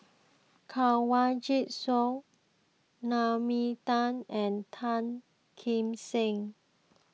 Kanwaljit Soin Naomi Tan and Tan Kim Seng